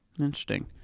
interesting